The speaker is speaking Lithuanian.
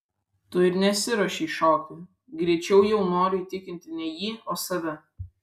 tu ir nesiruošei šokti greičiau jau noriu įtikinti ne jį o save